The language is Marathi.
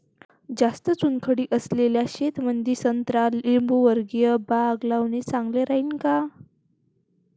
जास्त चुनखडी असलेल्या शेतामंदी संत्रा लिंबूवर्गीय बाग लावणे चांगलं राहिन का?